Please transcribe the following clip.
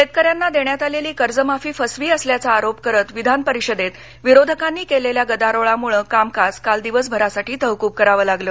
शेतकऱ्यांना देण्यात आलेली कर्जमाफी फसवी असल्याचा आरोप करत विधानपरिषदेत विरोधकांनी केलेल्या गदारोळामुळे कामकाज काल दिवसभरासाठी तहकूब करावं लागलं